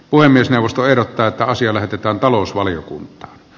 puhemiesneuvosto ehdottaa että asia lähetetään talousvaliokuntaan